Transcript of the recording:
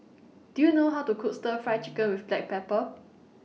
Do YOU know How to Cook Stir Fry Chicken with Black Pepper